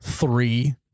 Three